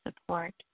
support